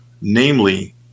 namely